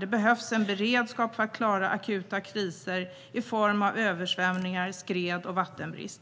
Det behövs en beredskap för att klara akuta kriser i form av översvämningar, skred och vattenbrist.